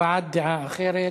הבעת דעה אחרת,